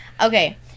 Okay